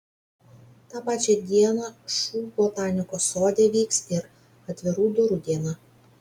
tą pačią dieną šu botanikos sode vyks ir atvirų durų diena